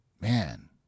Man